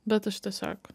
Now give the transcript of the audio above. bet aš tiesiog